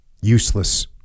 useless